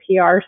pr